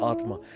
Atma